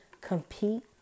compete